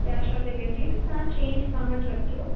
cash on delivery ते तव्हां change पाण वटि रखिजो